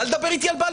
ואל תדבר אתי על בלפור.